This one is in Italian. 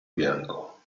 bianco